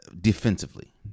defensively